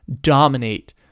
dominate